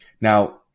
Now